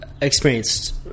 experienced